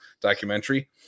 documentary